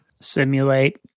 Simulate